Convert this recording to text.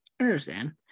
understand